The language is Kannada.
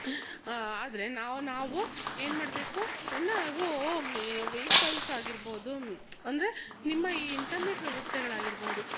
ಆದರೆ ನಾವು ನಾವು ಏನು ಮಾಡಬೇಕು ನಾವು ವೆಯಿಕಲ್ಸ್ ಆಗಿರ್ಬಹುದು ಅಂದರೆ ನಿಮ್ಮ ಈ ಇಂಟರ್ನೆಟ್ ವ್ಯವಸ್ಥೆಗಳಾಗಿರ್ಬಹುದು